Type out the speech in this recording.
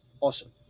Awesome